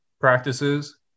practices